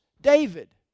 David